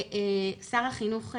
שר החינוך,